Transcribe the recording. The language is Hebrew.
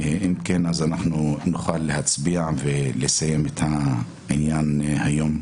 אם כן, נוכל להצביע ולסיים את הנושא היום.